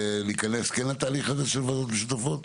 להיכנס כן לתהליך הזה של ועדות משותפות,